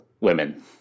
women